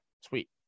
Sweet